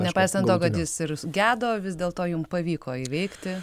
nepaisant to kad jis ir gedo vis dėlto jum pavyko įveikti